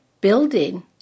building